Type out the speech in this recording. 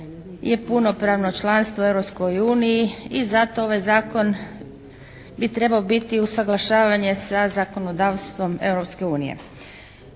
je punopravno članstvo u Europskoj uniji i zato ovaj zakon bi trebao biti usaglašavanje sa zakonodavstvom